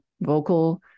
vocal